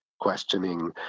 questioning